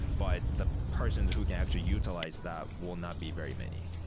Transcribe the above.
but the persons who can actually utilize that will not be very many